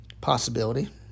Possibility